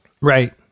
Right